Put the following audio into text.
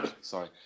sorry